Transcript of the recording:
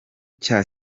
cya